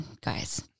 guys